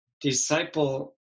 disciple